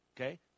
Okay